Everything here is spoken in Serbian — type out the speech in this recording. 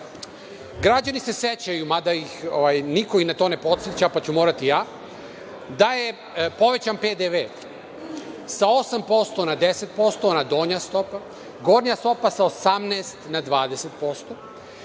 građani se sećaju, mada ih niko na to ne podseća, pa ću morati ja, da je povećan PDV, sa 8% na 10%, ona donja stopa, a gornja stopa sa 18% na 20%,